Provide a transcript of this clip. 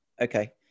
okay